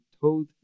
told